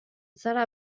zara